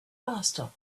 faster